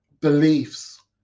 beliefs